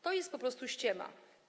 To jest po prostu ściema.